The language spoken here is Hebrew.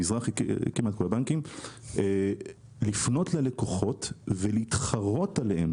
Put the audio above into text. מזרחי לפנות ללקוחות ולהתחרות עליהם